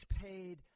paid